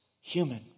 human